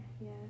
yes